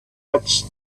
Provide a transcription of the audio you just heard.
had